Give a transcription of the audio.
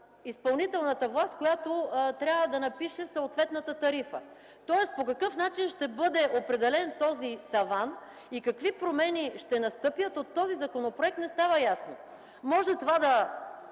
изпълнителната власт, която трябва да напише съответната тарифа. Тоест, по какъв начин ще бъде определен този таван и какви промени ще настъпят, от този законопроект не става ясно. Може това да